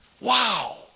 Wow